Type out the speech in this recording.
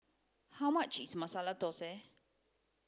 how much is Masala Dosa